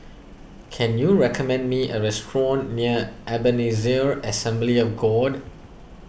can you recommend me a restaurant near Ebenezer Assembly of God